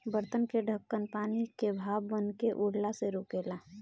बर्तन के ढकन पानी के भाप बनके उड़ला से रोकेला